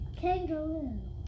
Kangaroo